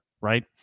Right